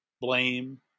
blame